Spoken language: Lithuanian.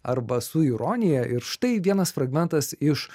arba su ironija ir štai vienas fragmentas iš